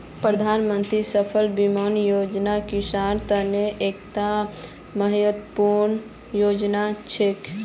प्रधानमंत्री फसल बीमा योजनात किसानेर त न एकता महत्वपूर्ण योजना छिके